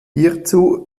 hierzu